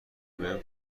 بهم